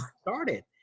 started